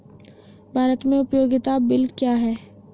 भारत में उपयोगिता बिल क्या हैं?